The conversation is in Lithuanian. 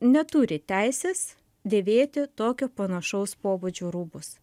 neturi teisės dėvėti tokio panašaus pobūdžio rūbus